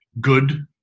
good